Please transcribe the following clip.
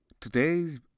Today's